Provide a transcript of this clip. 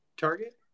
target